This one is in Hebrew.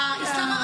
נתפסת.